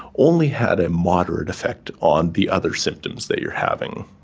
only had a moderate effect on the other symptoms that you are having.